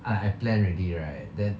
I I plan already right then